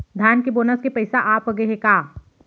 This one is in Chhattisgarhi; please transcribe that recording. धान के बोनस के पइसा आप गे हे का?